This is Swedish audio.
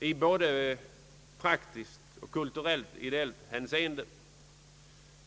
i både praktiskt och kulturell-ideellt hänseende.